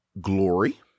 Glory